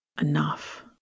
enough